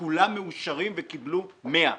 שכולם מאושרים וקיבלו 100,